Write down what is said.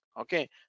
okay